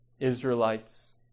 Israelites